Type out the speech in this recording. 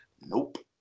Nope